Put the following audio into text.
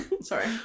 sorry